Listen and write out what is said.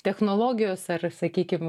technologijos ar sakykim